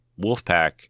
Wolfpack